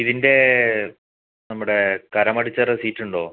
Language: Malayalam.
ഇതിൻ്റെ നമ്മുടെ കരം അടച്ച റെസീറ്റുണ്ടോ